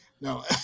no